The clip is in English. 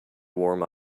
warm